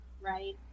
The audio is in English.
right